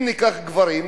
אם ניקח גברים,